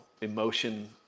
emotion